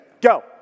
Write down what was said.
Go